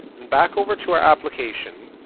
and back over to our application.